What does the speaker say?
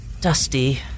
Dusty